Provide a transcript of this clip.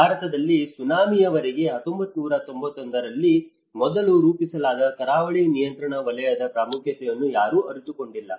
ಭಾರತದಲ್ಲಿ ಸುನಾಮಿಯವರೆಗೆ 1991 ರಲ್ಲಿ ಮೊದಲು ರೂಪಿಸಲಾದ ಕರಾವಳಿ ನಿಯಂತ್ರಣ ವಲಯದ ಪ್ರಾಮುಖ್ಯತೆಯನ್ನು ಯಾರೂ ಅರಿತುಕೊಂಡಿಲ್ಲ